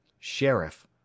sheriff